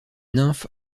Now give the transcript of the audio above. nymphes